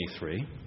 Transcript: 23